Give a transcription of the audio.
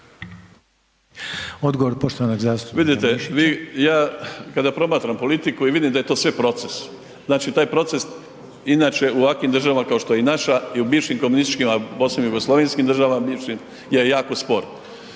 Ivica (Nezavisni)** Vidite vi, ja kada promatram politiku i vidim da je to sve proces, znači taj proces inače u ovakvim državama kao što je naša i u bivšim komunističkim, a posebno u jugoslavenskim državama bivšim je jako spor.